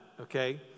okay